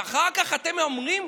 ואחר כך אתם אומרים: